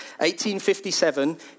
1857